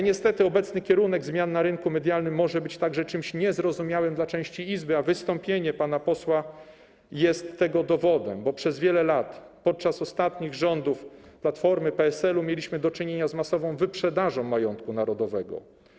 Niestety obecny kierunek zmian na rynku medialnym może być także czymś niezrozumiałym dla części Izby, a wystąpienie pana posła jest tego dowodem, bo przez wiele lat, podczas ostatnich rządów Platformy i PSL-u, mieliśmy do czynienia z masową wyprzedażą majątku narodowego.